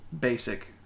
basic